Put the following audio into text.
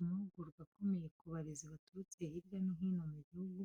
Amahugurwa akomeye ku barezi baturutse hirya no hino mu gihugu,